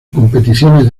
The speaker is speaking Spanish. competiciones